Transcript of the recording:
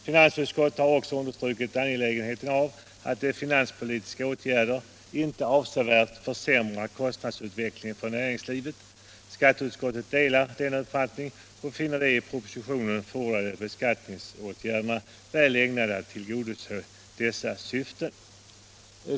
Finansutskottet har också understrukit angelägenheten av att de finanspolitiska åtgärderna inte avsevärt försämrar kostnadsutvecklingen för näringslivet. Skatteutskottet delar denna uppfattning och finner de i propositionen förordade beskattningsåtgärderna väl ägnade att tillgodose dessa syften.